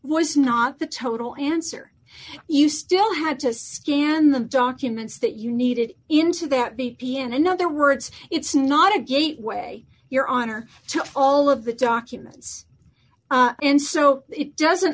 was not the total answer you still had to stand the documents that you needed into that b p and in other words it's not a gateway your honor to all of the documents and so it doesn't